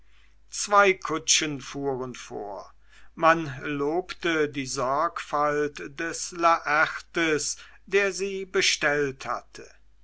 zwei kutschen fuhren vor man lobte die sorgfalt des laertes der sie bestellt hatte